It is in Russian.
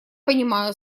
понимаю